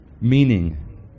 meaning